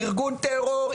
ארגון טרור,